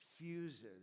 fuses